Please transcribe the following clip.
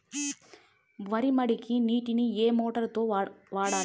వరి మడికి నీటిని ఏ మోటారు తో వాడాలి?